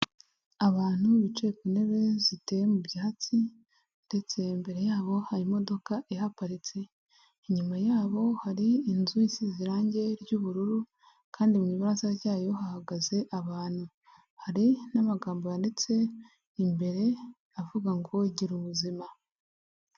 Abantu bicaye ku ntebe ziteye mu byatsi ndetse imbere yabo hari imodoka ihagaritse, inyuma yabo hari inzu isize irangi ry'ubururu kandi mu ibaraza ryayo hahagaze abantu. Hari n'amagambo yanditse imbere avuga ngo gira ubuzima.